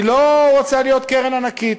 היא לא רוצה להיות קרן ענקית.